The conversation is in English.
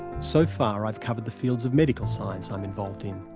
so far, i've covered the fields of medical science i'm involved in.